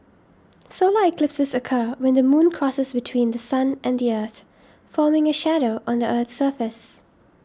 solar eclipses occur when the moon crosses between The Sun and the earth forming a shadow on the earth's surface